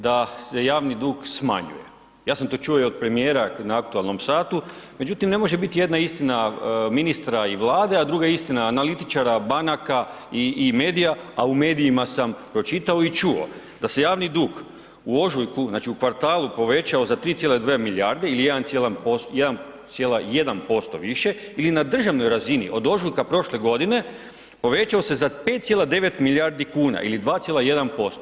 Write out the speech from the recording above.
Da se javni dug smanjuje, ja sam to čuo i od premijera na aktualnom satu, međutim ne može biti jedna istina ministra i Vlade, a druga istina analitičara, banaka i medija, a u medijima sam pročitao i čuo da se javni dug u ožujku, znači u kvartalu povećao za 3,2 milijarde ili 1,1% više ili na državnoj razini, od ožujka prošle godine povećao se za 5,9 milijardi kuna ili 2,1%